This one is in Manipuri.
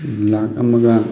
ꯂꯥꯛ ꯑꯃꯒ